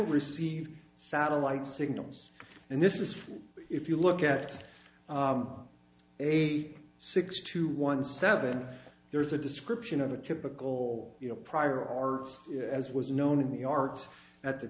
receive satellite signals and this is for if you look at eight six two one seven there is a description of a typical you know prior or as was known in the art at the